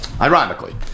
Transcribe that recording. Ironically